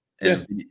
yes